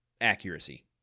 Accuracy